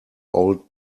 old